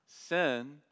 Sin